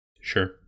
Sure